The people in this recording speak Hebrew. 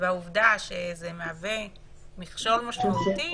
והעובדה שזה מהווה מכשול משמעותי,